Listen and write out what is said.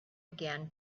again